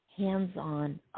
hands-on